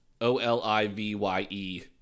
O-L-I-V-Y-E